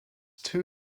two